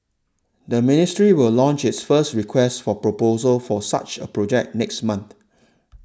the ministry will launch its first request for proposal for such a project next month